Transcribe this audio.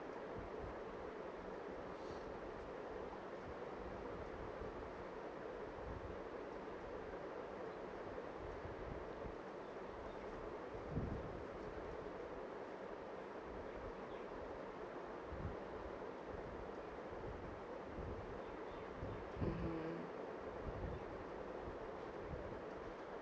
(uh huh)